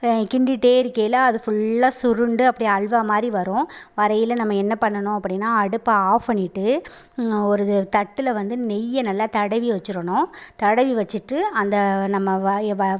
கிண்டிகிட்டே இருக்கையில் அது ஃபுல்லாக சுருண்டு அப்டி அல்வா மாதிரி வரும் வரையில் நம்ம என்ன பண்ணணும் அப்படின்னா அடுப்பை ஆஃப் பண்ணிகிட்டு ஒரு தட்டில் வந்து நெய்யை நல்லா தடவி வச்சுரணும் தடவி வச்சுட்டு அந்த நம்ம வா வா